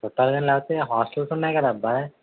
చుట్టాలు కానీ లేకపోతే హాస్టల్స్ ఉన్నాయి కదా అబ్బా